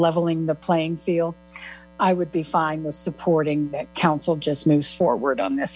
leveling the playing field i would be fine with supporting that council just moves forward on this